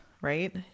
right